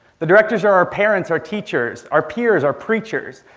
the directors are our parents, our teachers, our peers our preachers,